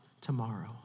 tomorrow